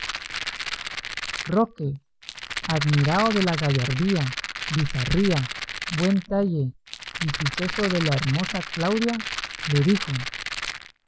roque admirado de la gallardía bizarría buen talle y suceso de la hermosa claudia le dijo